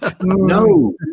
no